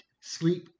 sleep